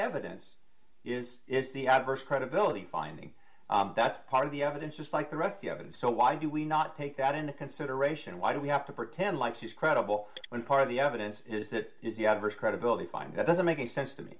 evidence is it's the adverse credibility finding that's part of the evidence just like the rest of it so why do we not take that into consideration why do we have to pretend like she's credible when part of the evidence is that the adverse credibility find that doesn't make sense to me